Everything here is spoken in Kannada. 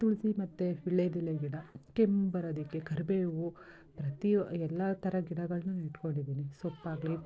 ತುಳಸಿ ಮತ್ತೆ ವೀಳ್ಯದೆಲೆ ಗಿಡ ಕೆಮ್ಮು ಬರೋದಕ್ಕೆ ಕರಿಬೇವು ಪ್ರತಿ ಎಲ್ಲ ಥರ ಗಿಡಗಳನ್ನು ನಾನು ಇಟ್ಕೊಂಡಿದ್ದೀನಿ ಸೊಪ್ಪಾಗಲಿ